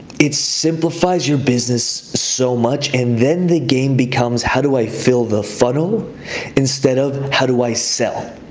it simplifies your business so much, and then the game becomes how do i fill the funnel instead of how do i sell?